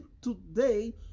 today